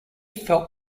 felt